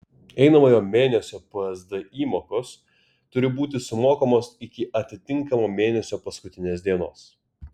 einamojo mėnesio psd įmokos turi būti sumokamos iki atitinkamo mėnesio paskutinės dienos